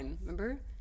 Remember